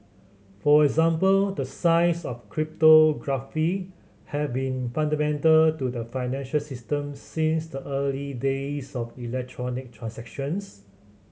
for example the science of cryptography have been fundamental to the financial system since the early days of electronic transactions